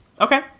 Okay